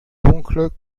dunkle